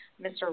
Mr